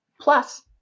Plus